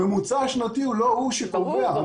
הממוצע השנתי, לא הוא שקובע.